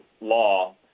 law